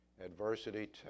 Adversity